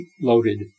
loaded